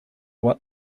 what